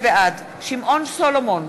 בעד שמעון סולומון,